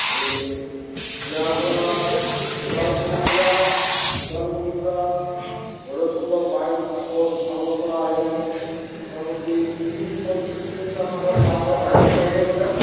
এই ইয়াৰ পৰা ওদালগুৰিৰ পৰা ওদালগুৰিৰ পৰা ভৈৰৱকুণ্ড বাইছ আকৌ সিফালৰ পৰা আহিলে মোটামুটি ত্ৰিছ পঁয়ত্ৰিছ কিলোমিটাৰমান আকৌ তাৰপৰা বাহিৰে বাহিৰে গ'লে